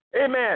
Amen